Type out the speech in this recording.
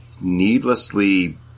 needlessly